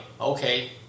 Okay